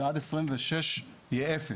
עד 2026 יהיה אפס,